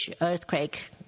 earthquake